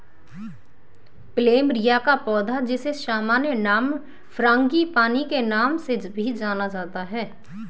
plumeria का पौधा, जिसे सामान्य नाम फ्रांगीपानी के नाम से भी जाना जाता है